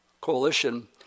Coalition